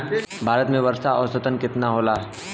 भारत में वर्षा औसतन केतना होला?